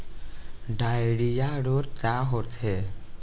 Diarrhoea रोग का होखे?